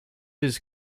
his